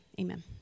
amen